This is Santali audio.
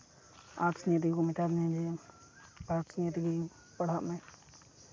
ᱟᱨᱴᱥ ᱱᱤᱭᱮ ᱛᱮᱜᱮ ᱠᱚ ᱢᱮᱛᱟ ᱫᱤᱧᱟ ᱡᱮ ᱟᱨᱴᱥ ᱱᱤᱭᱮ ᱛᱮᱜᱮ ᱯᱟᱲᱦᱟᱜ ᱢᱮ